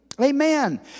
Amen